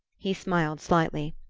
he smiled slightly.